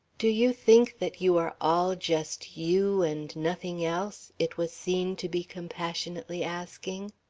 do you think that you are all just you and nothing else? it was seen to be compassionately asking.